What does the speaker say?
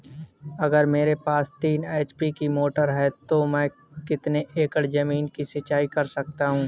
अगर मेरे पास तीन एच.पी की मोटर है तो मैं कितने एकड़ ज़मीन की सिंचाई कर सकता हूँ?